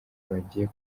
bagiye